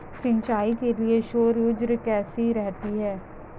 सिंचाई के लिए सौर ऊर्जा कैसी रहती है?